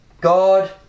God